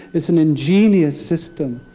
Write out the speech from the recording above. it's an ingenious system.